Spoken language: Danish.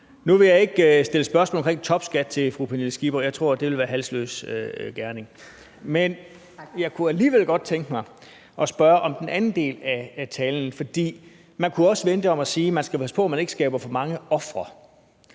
Nu vil jeg ikke stille spørgsmål om topskat til fru Pernille Skipper, for det tror jeg vil være halsløs gerning. Men jeg kunne alligevel godt tænke mig at spørge til den anden del af talen, for man kunne også vende det om og sige, at man skal passe på, at man ikke skaber for mange ofre.